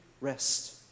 rest